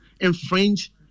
infringe